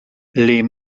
les